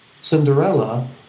Cinderella